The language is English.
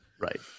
Right